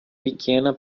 pequena